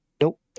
Nope